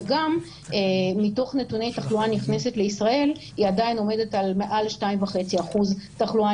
וגם מתוך נתוני תחלואה נכנסת לישראל היא עדיין עומדת על מעל 2.5% תחלואה